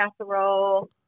casserole